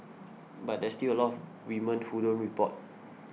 but there's still a lot of women who don't report